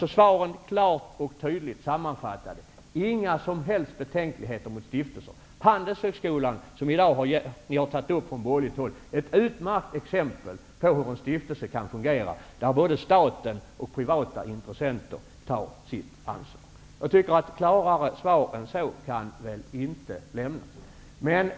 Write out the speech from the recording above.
För att klart och tydligt sammanfatta svaren: Vi har inga som helst betänkligheter mot stiftelser. Handelshögskolan, som ni från borgerligt håll i dag har tagit upp är ett utmärkt exempel på hur en stiftelse kan fungera och där både staten och privata intressenter tar sitt ansvar. Klarare svar än så kan väl inte lämnas.